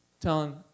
telling